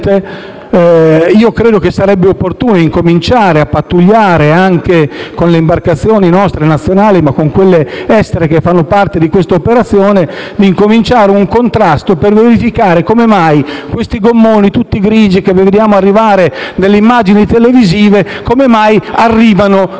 credo che sarebbe opportuno incominciare a pattugliare con le imbarcazioni nostre nazionali, ma anche con quelle estere che fanno parte di questa operazione, e avviare un contrasto per verificare come mai questi gommoni, tutti grigi, che vediamo nelle immagini televisive, arrivano nei porti